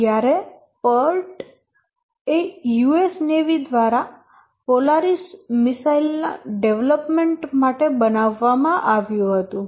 જ્યારે PERT US navy દ્વારા Polaris missile ના ડેવલપમેન્ટ માટે બનાવવામાં આવ્યુ હતું